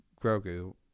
Grogu